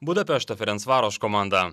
budapešto ferencvaroš komanda